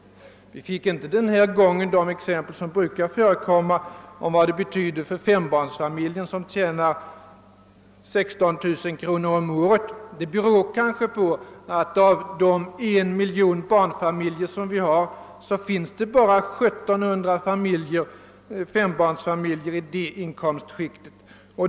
Däremot har vi denna gång inte fått de exempel som brukar förekomma på vad det betyder för fembarnsfamiljen som tjänar 16 000 kronor om året. Det beror kanske på att i den miljon barnfamiljer som vi har finns det bara 1700 fembarnsfamiljer i detta inkomstskikt.